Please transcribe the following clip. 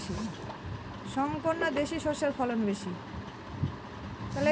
শংকর না দেশি সরষের ফলন বেশী?